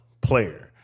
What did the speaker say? player